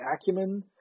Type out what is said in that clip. acumen